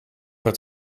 het